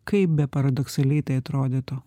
kaip be paradoksaliai tai atrodytų